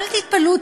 אל תתפלאו,